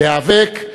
להיאבק,